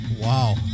Wow